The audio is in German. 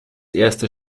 erste